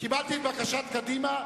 קיבלתי את בקשת קדימה.